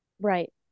Right